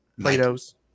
Plato's